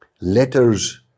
letters